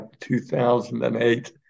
2008